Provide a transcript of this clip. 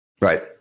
Right